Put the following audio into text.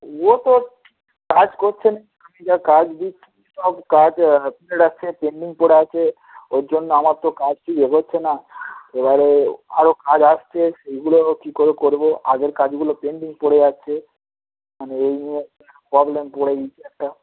ও তো কাজ করছে না যা কাজ দিচ্ছি সব কাজ ফেলে রাখছে পেন্ডিং পড়ে আছে ওর জন্য আমার তো কাজ কিছু এগচ্ছে না এবারে আরও কাজ আসছে সেগুলো কী করে করব আগের কাজগুলো পেন্ডিং পড়ে আছে মানে এই নিয়ে প্রবলেমে পড়ে গিয়েছি একটা